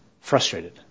frustrated